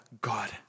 God